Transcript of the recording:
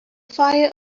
fire